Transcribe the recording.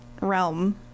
realm